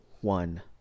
one